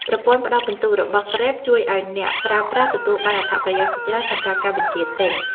ប្រព័ន្ធផ្ដល់ពិន្ទុរបស់ក្រេបជួយឱ្យអ្នកប្រើប្រាស់ទទួលបានអត្ថប្រយោជន៍ជាច្រើនសម្រាប់ការបញ្ជាទិញ។